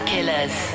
Killers